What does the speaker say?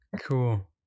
cool